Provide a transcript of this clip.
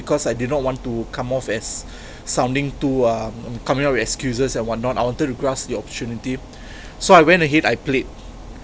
because I did not want to come off as sounding too um coming up with excuses and whatnot I wanted to grasp the opportunity so I went ahead I played